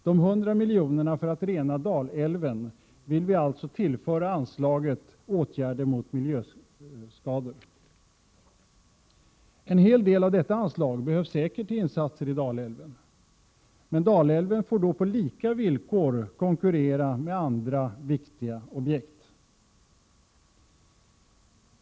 De 100 miljonerna för att rena Dalälven vill vi alltså tillföra anslaget Åtgärder mot miljöskador. En hel del av detta anslag behövs säkert till insatser i Dalälven, men Dalälven får på lika villkor konkurrera med andra viktiga objekt.